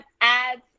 ads